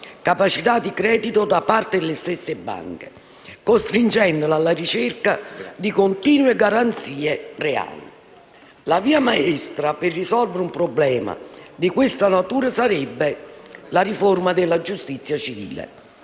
capacità di credito da parte delle stesse banche, costringendole alla ricerca di continue garanzie reali. La via maestra per risolvere un problema di questa natura sarebbe la riforma della giustizia civile,